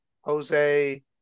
Jose